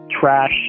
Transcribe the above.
trash